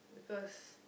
because